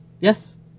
yes